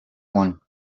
one